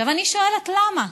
אני שואלת: למה?